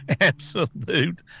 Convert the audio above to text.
absolute